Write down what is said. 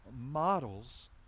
models